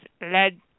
led